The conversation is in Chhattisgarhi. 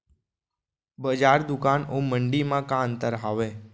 बजार, दुकान अऊ मंडी मा का अंतर हावे?